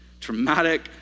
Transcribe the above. traumatic